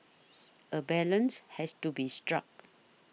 a balance has to be struck